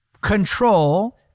control